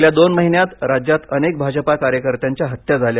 गेल्या दोन महिन्यात राज्यात अनेक भाजपा कार्यकर्त्यांच्या हत्या झाल्या